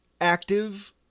active